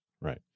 right